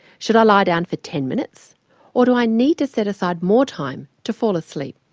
should i lie down for ten minutes or do i need to set aside more time to fall asleep?